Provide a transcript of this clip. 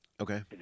Okay